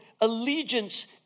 allegiance